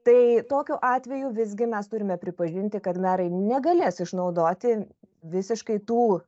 tai tokiu atveju visgi mes turime pripažinti kad merai negalės išnaudoti visiškai tų